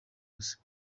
gusa